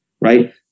right